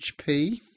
HP